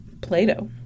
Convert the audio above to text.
Plato